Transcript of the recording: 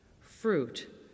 fruit